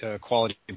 quality